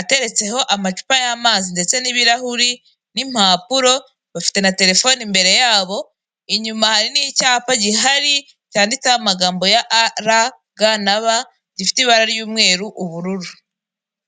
ateretseho amacupa y'amazi ndetse n'ibirahuri n'impapuro bafite na telefoni imbere yabo, inyuma hari n'icyapa gihari cyanditseho amagambo ya ara ga na ba gifite ibara ry'umweru ubururu.